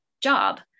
job